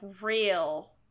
real